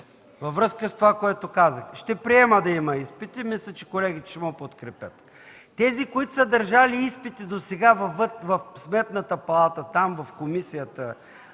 във връзка с това, което казах. Ще приема да има изпити. Мисля, че колегите ще ме подкрепят. Тези, които са държали изпити досега в Сметната палата – там, в комисията,